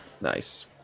Nice